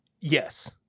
Yes